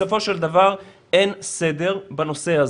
בסופו של דבר אין סדר בנושא הזה.